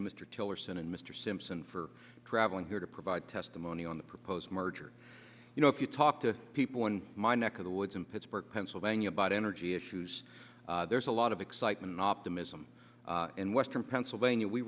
to mr tillerson and mr simpson for traveling here to provide testimony on the proposed merger you know if you talk to people in my neck of the woods in pittsburgh pennsylvania about energy issues there's a lot of excitement and optimism in western pennsylvania we